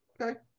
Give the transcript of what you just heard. Okay